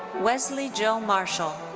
wesley joe marshall.